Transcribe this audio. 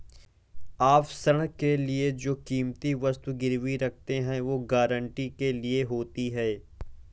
आप ऋण के लिए जो कीमती वस्तु गिरवी रखते हैं, वो गारंटी के लिए होती है